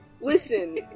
Listen